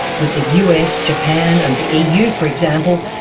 with the us, japan and the eu, for example,